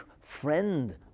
friend